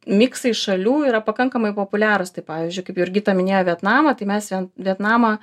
miksai šalių yra pakankamai populiarūs tai pavyzdžiui kaip jurgita minėjo vietnamą tai mes vien vietnamą